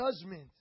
judgment